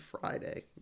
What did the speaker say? Friday